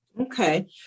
Okay